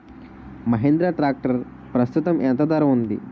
Mahindra tractor ప్రస్తుతం ఎంత ధర ఉంది?